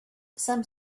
some